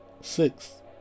Six